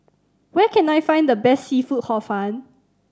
where can I find best seafood Hor Fun